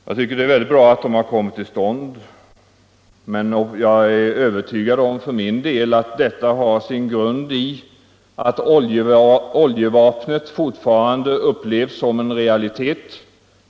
Jag tycker att det är mycket bra att de har kommit till stånd, men jag är för min del övertygad om att det har sin grund i att oljevapnet fortfarande upplevs som en realitet.